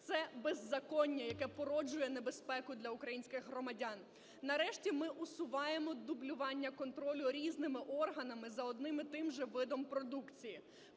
Це беззаконня, яке породжує небезпеку для українських громадян. Нарешті, ми усуваємо дублювання контролю різними органами за одним і тим же видом продукції.